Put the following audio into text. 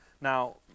Now